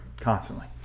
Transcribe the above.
constantly